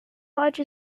lodge